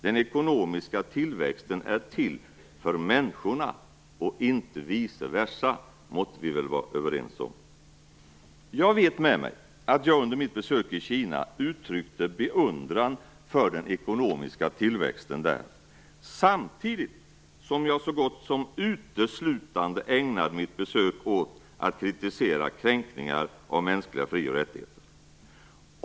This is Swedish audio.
Men den ekonomiska tillväxten är till för människorna, inte vice versa. Det måtte vi väl vara överens om! Jag vet med mig att jag under mitt besök i Kina uttryckte beundran för den ekonomiska tillväxten där, samtidigt som jag så gott som uteslutande ägnade mitt besök åt att kritisera kränkningar av mänskliga frioch rättigheter.